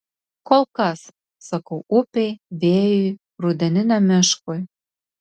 kol kas sakau upei vėjui rudeniniam miškui